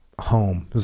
home